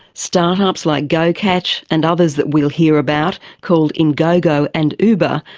start-ups like gocatch and others that we'll hear about called ingogo and uber,